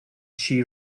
she